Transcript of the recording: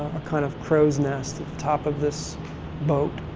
a kind of crow's nest at top of this boat.